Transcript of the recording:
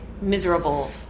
miserable